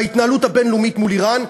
בהתנהלות הבין-לאומית מול איראן,